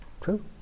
True